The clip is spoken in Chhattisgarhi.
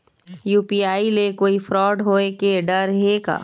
यू.पी.आई ले कोई फ्रॉड होए के डर हे का?